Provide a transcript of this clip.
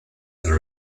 and